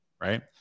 Right